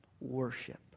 worship